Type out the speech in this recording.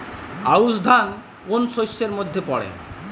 আউশ ধান কোন শস্যের মধ্যে পড়ে?